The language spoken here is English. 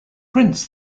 prints